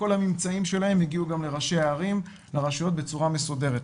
כל הממצאים שלהם הגיעו גם לראשי הערים והרשויות בצורה מסודרת.